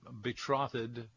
betrothed